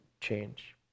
change